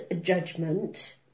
judgment